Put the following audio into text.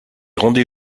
rendez